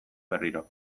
berriro